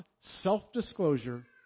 self-disclosure